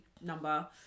number